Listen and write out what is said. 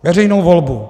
Veřejnou volbu.